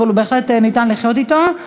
אבל בהחלט ניתן לחיות אתו.